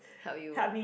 help you ah